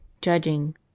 judging